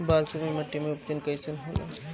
बालसुमी माटी मे उपज कईसन होला?